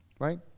right